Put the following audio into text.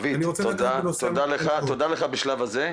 תודה בשלב הזה.